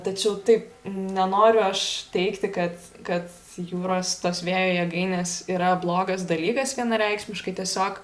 tačiau taip nenoriu aš teigti kad kad jūros tos vėjo jėgainės yra blogas dalykas vienareikšmiškai tiesiog